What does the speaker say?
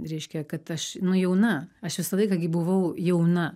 reiškia kad aš nu jauna aš visą laiką gi buvau jauna